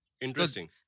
Interesting